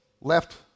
left